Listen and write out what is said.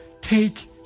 take